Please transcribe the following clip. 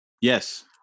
Yes